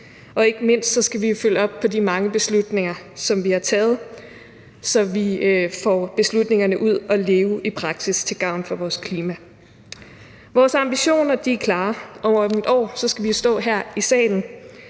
og ikke mindst skal vi følge op på de mange beslutninger, som vi har taget, så vi får beslutningerne ud at leve i praksis til gavn for vores klima. Vores ambitioner er klare, og om et år skal vi stå her i salen